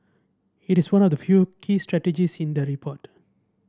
it is one of the few key strategies in the report